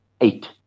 eight